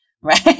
right